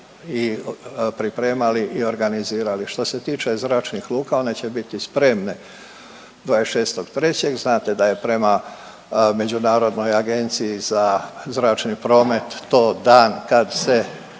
i pripremali i organizirali. Što se tiče zračnih luka one će biti spremne 26.3., znate da je prema Međunarodnoj agenciji za zračni promet to dan kad se